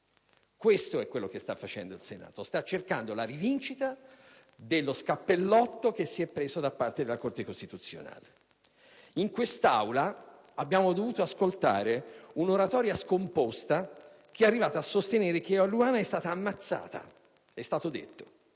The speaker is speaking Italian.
questo è quello che sta facendo il Senato, sta cercando la rivincita dello scappellotto preso dalla Corte costituzionale. In quest'Aula abbiamo dovuto ascoltare un'oratoria scomposta, che è arrivata a sostenere che Eluana è stata ammazzata (non dico